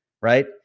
right